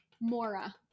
mora